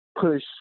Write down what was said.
push